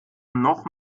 noch